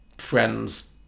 Friend's